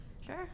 sure